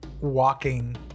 walking